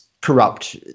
corrupt